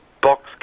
Box